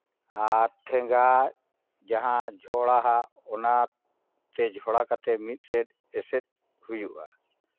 ᱟᱨ ᱴᱷᱮᱸᱜᱟ ᱡᱟᱦᱟᱸ ᱡᱷᱚᱲᱟᱣᱟᱜ ᱚᱱᱟᱛᱮ ᱡᱷᱚᱲᱟ ᱠᱟᱛᱮᱫ ᱢᱤᱫ ᱥᱮᱫ ᱮᱥᱮᱫ ᱦᱩᱭᱩᱜᱼᱟ